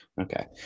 Okay